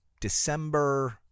December